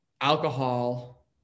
alcohol